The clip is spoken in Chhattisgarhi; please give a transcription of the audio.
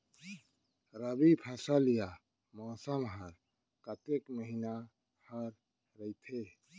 रबि फसल या मौसम हा कतेक महिना हा रहिथे?